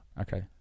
Okay